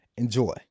Enjoy